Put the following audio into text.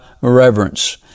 reverence